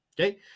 okay